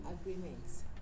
agreements